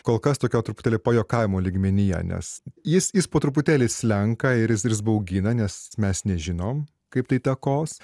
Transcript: kol kas tokio truputėlį pajuokavimo lygmenyje nes jis jis po truputėlį slenka ir jis jis baugina nes mes nežinom kaip tai įtakos